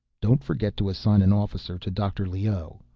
don't forget to assign an officer to dr. leoh,